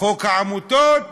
חוק העמותות,